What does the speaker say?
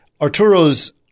Arturo's